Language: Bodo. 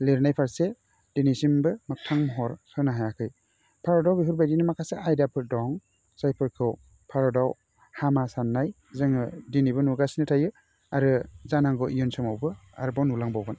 लिरनाय फारसे दिनैसिमबो मोगथां महर होनो हायाखै भारताव बेफोर बायदिनो माखासे आयदाफोर दं जायफोरखौ भारताव हामा साननाय जोङो दिनैबो नुगासिनो थायो आरो जानांगौ इयुन समावबो आरोबाव नुलांबावगोन